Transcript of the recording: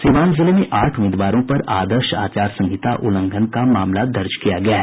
सीवान जिले में आठ उम्मीदवारों पर आदर्श आचार संहिता उल्लंघन का मामला दर्ज किया गया है